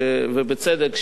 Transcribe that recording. ובצדק,